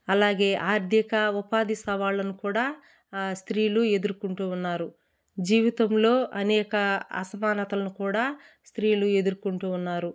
అలాగే ఆర్థిక ఉపాధి సవాళ్ళను కూడా స్త్రీలు ఎదుర్కొంటూ ఉన్నారు జీవితంలో అనేక అసమానతలను కూడా స్త్రీలు ఎదుర్కొంటూ ఉన్నారు